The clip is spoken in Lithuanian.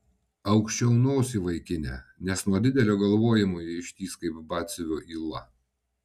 aukščiau nosį vaikine nes nuo didelio galvojimo ji ištįs kaip batsiuvio yla